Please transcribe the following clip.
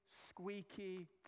squeaky